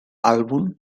álbum